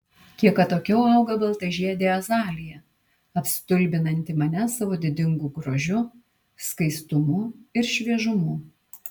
kiek atokiau auga baltažiedė azalija apstulbinanti mane savo didingu grožiu skaistumu ir šviežumu